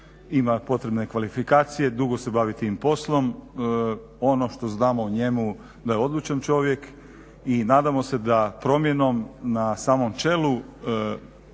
ima potrebne kvalifikacije, dugo se bavi tim poslom, ono što znamo o njemu da je odlučan čovjek i nadamo se da promjenom na samom čelu